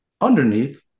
underneath